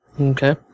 Okay